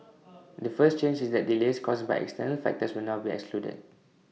the first change is that delays caused by external factors will now be excluded